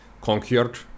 Conquered